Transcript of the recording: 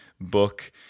book